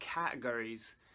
categories